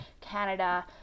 Canada